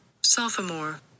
sophomore